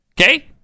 Okay